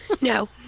No